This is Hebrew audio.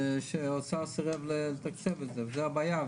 שהאוצר סרב לתקצב את זה, זאת הבעיה.